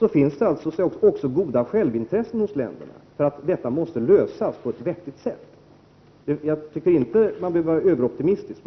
Det finns alltså goda självintressen i de olika länderna för att lösa problemet på ett vettigt sätt. Jag tycker inte att man behöver vara överoptimistisk.